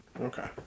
Okay